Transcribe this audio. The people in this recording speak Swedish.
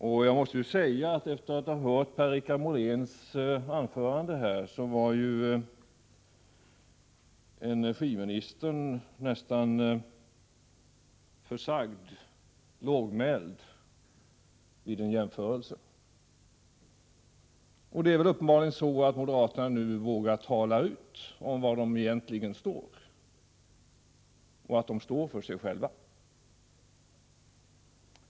Och i jämförelse med Per-Richard Molén var ju energiministern nästan försagd, lågmäld. Det är uppenbarligen så att moderaterna nu vågar tala om, var de egentligen står — och att de står för sig själva.